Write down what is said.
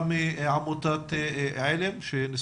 נשמח לשמוע את עמותת עלם.